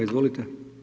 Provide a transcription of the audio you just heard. Izvolite.